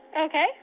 Okay